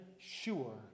sure